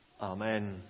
Amen